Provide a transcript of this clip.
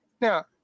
Now